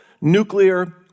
nuclear